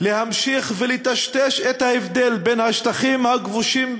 להמשיך ולטשטש את ההבדל בין השטחים הכבושים